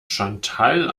chantal